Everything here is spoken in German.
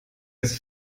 ist